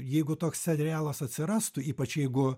jeigu toks serialas atsirastų ypač jeigu